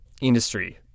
industry